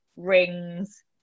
rings